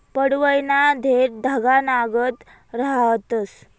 पडवयना देठं धागानागत रहातंस